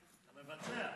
אתה מבצע.